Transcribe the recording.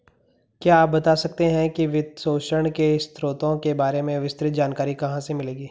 क्या आप बता सकते है कि वित्तपोषण के स्रोतों के बारे में विस्तृत जानकारी कहाँ से मिलेगी?